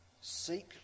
Seek